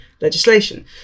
legislation